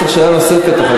יש לך שאלה נוספת אחר כך,